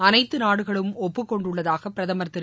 அனைத்து நாடுகளும் ஒப்புக் கொண்டுள்ளதாக பிரதமா் திரு